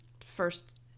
first